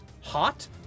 hot